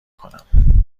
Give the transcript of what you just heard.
کنم